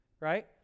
Right